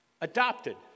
adopted